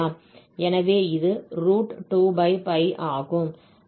எனவே இது 2 ஆகும்